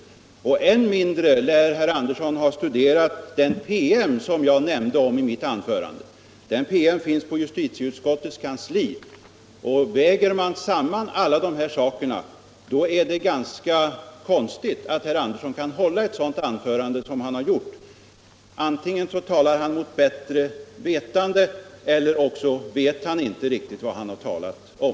An mindre lär herr Andersson ha studerat den PM som jag omnämnde i mitt anförande och som finns på justitieutskottets kansli. — Anslag till polisvä Väger man samman alla dessa saker, är det ganska konstigt att herr sendet Andersson kan hålla ett sådant anförande som han har gjort. Antingen talar han mot bättre vetande eller också vet han inte riktigt vad han har talat om.